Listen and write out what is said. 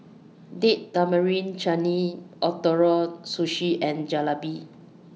Date Tamarind Chutney Ootoro Sushi and Jalebi